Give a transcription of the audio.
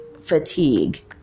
fatigue